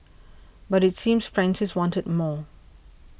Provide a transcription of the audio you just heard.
but it seems Francis wanted more